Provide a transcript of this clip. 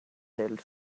held